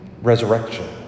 resurrection